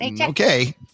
Okay